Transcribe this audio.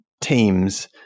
teams